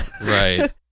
Right